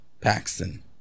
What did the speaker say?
Paxton